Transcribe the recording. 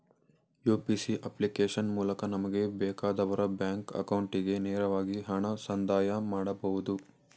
UPA application ಮೂಲಕ ನಮಗೆ ಬೇಕಾದವರ ಬ್ಯಾಂಕ್ ಅಕೌಂಟಿಗೆ ನೇರವಾಗಿ ಹಣ ಸಂದಾಯ ಮಾಡಬಹುದು